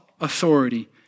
authority